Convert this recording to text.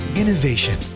innovation